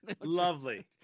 Lovely